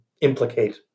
implicate